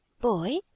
Boy